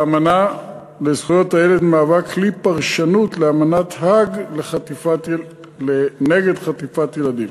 האמנה בדבר זכויות הילד מהווה כלי פרשנות לאמנת האג נגד חטיפת ילדים.